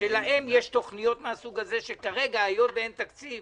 שלהן יש תוכניות מהסוג הזה, שכרגע היות שאין תקציב